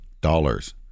dollars